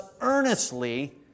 earnestly